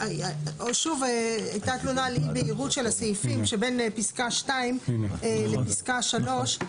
שוב הייתה תלונה על אי בהירות של הסעיפים שבין פסקה (2) לפסקה (3),